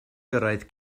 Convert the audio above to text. gyrraedd